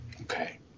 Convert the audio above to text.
Okay